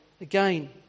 again